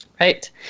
Right